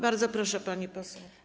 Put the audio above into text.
Bardzo proszę, pani poseł.